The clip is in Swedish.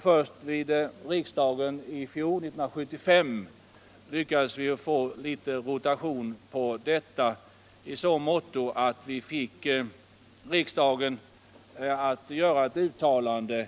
Först vid riksdagen i fjol, alltså 1975, lyckades vi få litet rotation på detta i så måtto att vi fick riksdagen att göra ett uttalande